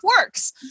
works